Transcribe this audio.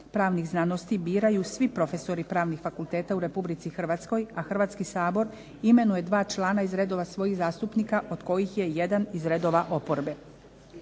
pravnih znanosti biraju svi profesori pravnih fakulteta u Republici Hrvatskoj, a Hrvatski sabor imenuje dva člana iz redova svojih zastupnika od kojih je jedan iz redova oporbe.